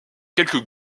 quelques